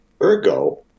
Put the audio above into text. Ergo